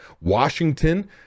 Washington